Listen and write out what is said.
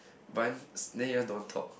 bun slayer don't talk